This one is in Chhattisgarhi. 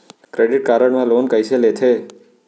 क्रेडिट कारड मा लोन कइसे लेथे?